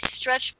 stretch